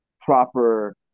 proper